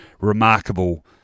remarkable